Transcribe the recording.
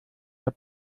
der